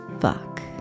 fuck